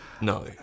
No